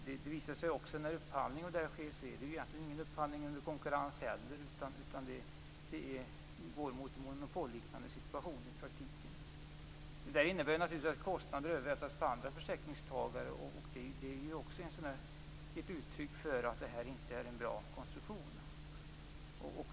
Det visar sig också att upphandlingen egentligen inte sker under konkurrens, utan det går i praktiken mot en monopolliknande situation. Detta innebär att kostnader övervältras på andra försäkringstagare. Också det är ett uttryck för att det här inte är en bra konstruktion.